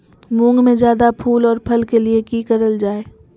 मुंग में जायदा फूल और फल के लिए की करल जाय?